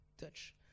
touch